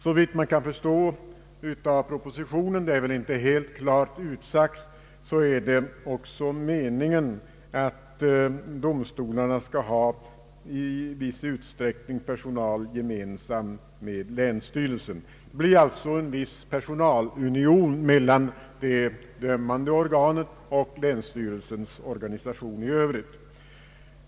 Såvitt man kan förstå av propositionen — det är inte helt klart utsagt — är det också meningen att domstolarna i viss utsträckning skall ha personal gemensam med länsstyrelsen. Det blir alltså en viss personalunion mellan det dömande organet och länsstyrelsens or ganisation i övrigt.